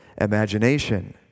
imagination